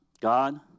God